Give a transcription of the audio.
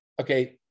okay